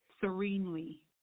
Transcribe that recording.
serenely